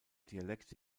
dialekt